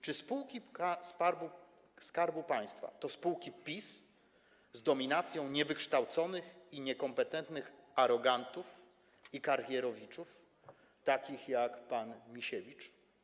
Czy spółki Skarbu Państwa to spółki PiS z dominacją niewykształconych i niekompetentnych arogantów i karierowiczów, takich jak pan Misiewicz?